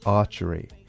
archery